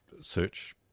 search